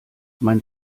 mein